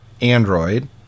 Android